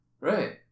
Right